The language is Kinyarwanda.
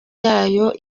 yayo